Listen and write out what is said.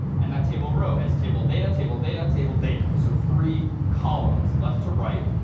and that table row has table data, table data, table data. so three columns, left to right.